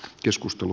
keskustelu